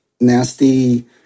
nasty